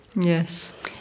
Yes